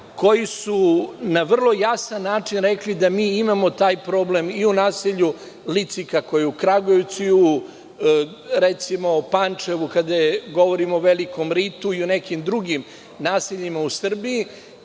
koji su na vrlo jasan način rekli da mi imamo taj problem i u naselju Lici, kako u Kragujevcu, Pančevu, kada govorimo o Velikom ritu i o nekim drugim naseljima u Srbiji.